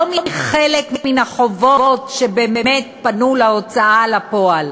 לא מחלק מן החובות, שעליהם באמת פנו להוצאה לפועל,